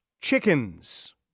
chickens